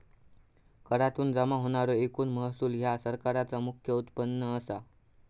करातुन जमा होणारो एकूण महसूल ह्या सरकारचा मुख्य उत्पन्न असा